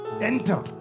enter